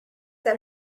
that